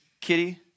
Kitty